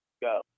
go